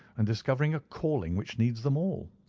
and discovering a calling which needs them all,